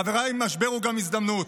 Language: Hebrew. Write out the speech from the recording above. חבריי, משבר הוא גם הזדמנות.